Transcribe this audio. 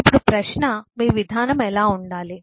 ఇప్పుడు ప్రశ్న మీ విధానం ఎలా ఉండాలి